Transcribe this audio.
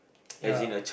ya